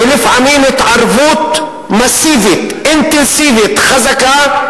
ולפעמים התערבות מסיבית, אינטנסיבית, חזקה,